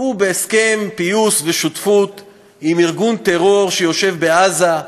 הוא בהסכם פיוס ושותפות עם ארגון טרור שיושב בעזה,